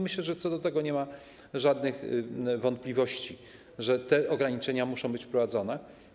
Myślę, że co do tego nie ma żadnych wątpliwości, że te ograniczenia muszą być wprowadzane.